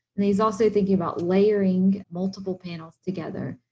and he's also thinking about layering multiple panels together,